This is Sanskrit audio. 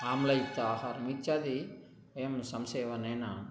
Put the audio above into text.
आम्लयुक्तम् आहारमित्यादीनां वयं संसेवनेन